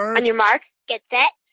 on your mark. get set.